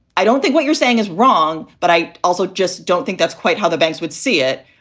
i don't think what you're saying is wrong. but i also just don't think that's quite how the banks would see it.